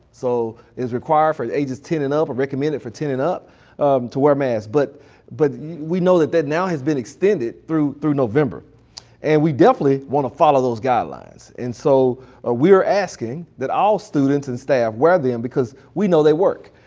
so is required for the ages ten and up, or recommended for ten and up to wear masks. but but yeah we know that that now has been extended through through november and we definitely want to follow those guidelines and so ah we are asking that all students and staff wear them because we know they work.